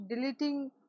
deleting